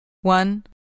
one